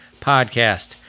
Podcast